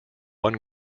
one